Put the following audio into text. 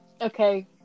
Okay